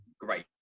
great